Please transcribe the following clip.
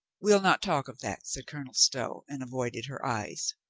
we'll not talk of that, said colonel stow, and avoided her eyes.